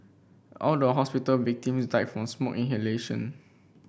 all the hospital victims died from smoke inhalation